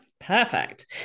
perfect